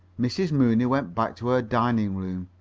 mrs. mooney went back to her dining-room.